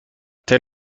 tel